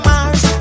Mars